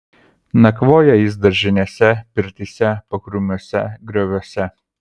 nakvoja jis daržinėse pirtyse pakrūmiuose grioviuose